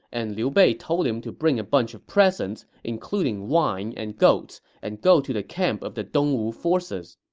and liu bei told him to bring a bunch of presents, including wine and goats, and go to the camp of the dong wu forces.